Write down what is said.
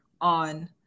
on